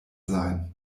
sein